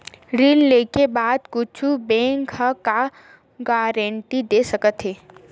ऋण लेके बाद कुछु बैंक ह का गारेंटी दे सकत हे?